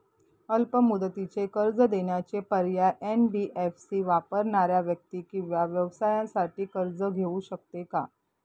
अल्प मुदतीचे कर्ज देण्याचे पर्याय, एन.बी.एफ.सी वापरणाऱ्या व्यक्ती किंवा व्यवसायांसाठी कर्ज घेऊ शकते का?